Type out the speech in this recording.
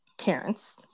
parents